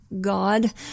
god